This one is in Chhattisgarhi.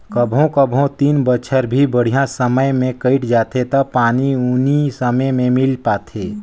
कभों कभों तीन बच्छर भी बड़िहा समय मे कइट जाथें त पानी उनी समे मे मिल पाथे